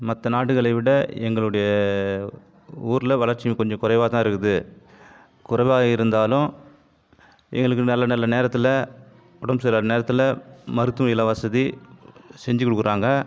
மற்ற நாடுகளை விட எங்களுடைய ஊரில் வளர்ச்சி கொஞ்சம் குறைவாக தான் இருக்குது குறைவாக இருந்தாலும் எங்களுக்கு நல்ல நல்ல நேரத்தில் உடம்பு சரியில்லாத நேரத்தில் மருத்துவம் இலவசதி செஞ்சுக்கொடுக்குறாங்க